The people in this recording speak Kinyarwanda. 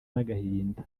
n’agahinda